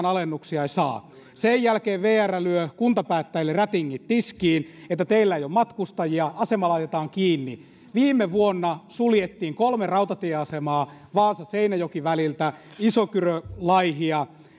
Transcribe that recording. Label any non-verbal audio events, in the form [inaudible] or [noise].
[unintelligible] alennuksia ei saa sen jälkeen vr lyö kuntapäättäjille rätingit tiskiin että teillä ei ole matkustajia asema laitetaan kiinni viime vuonna suljettiin kolme rautatieasemaa vaasa seinäjoki väliltä isokyrö laihia